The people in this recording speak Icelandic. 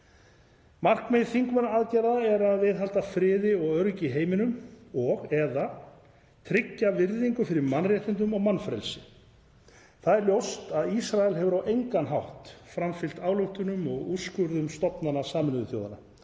Markmið þvingunaraðgerða er að viðhalda friði og öryggi í heiminum og/eða tryggja virðingu fyrir mannréttindum og mannfrelsi. Það er ljóst að Ísrael hefur á engan hátt framfylgt ályktunum og úrskurðum stofnana Sameinuðu þjóðanna.